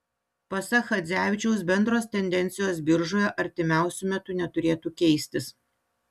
pasak chadzevičiaus bendros tendencijos biržoje artimiausiu metu neturėtų keistis